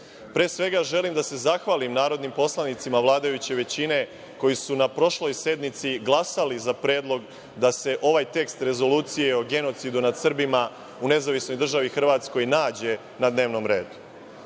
svega želim da se zahvalim narodnim poslanicima vladajuće većine koji su na prošloj sednici glasali za predlog da se ovaj tekst rezolucije o genocidu nad Srbima u Nezavisnoj Državi Hrvatskoj nađe na dnevnom redu.